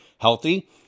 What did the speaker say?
healthy